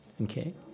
Okay